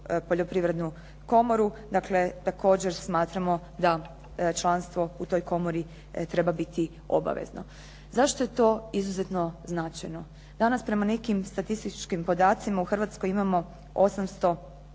poljoprivrednu komoru. Dakle, također smatramo da članstvo u toj komori treba biti obavezno. Zašto je to izuzetno značajno? Danas prema nekim statističkim podacima u Hrvatskoj imamo 800